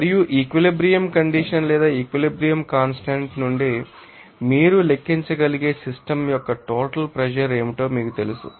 మరియు equilibrium condition లేదా equilibrium constant నుండి మీరు లెక్కించగలిగే సిస్టమ్ యొక్క టోటల్ ప్రెషర్ ఏమిటో మీకు తెలుసు